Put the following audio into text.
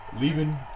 leaving